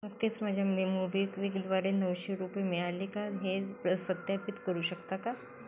नुकतेच माझ्या मुली मोबिक्विकद्वारे नऊशे रुपये मिळाले का हे सत्यापित करू शकता का